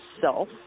self